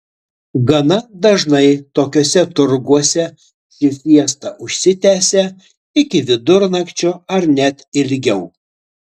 gana dažnai tokiuose turguose ši fiesta užsitęsia iki vidurnakčio ar net ilgiau